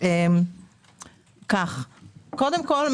קודם כול,